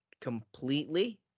completely